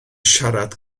siarad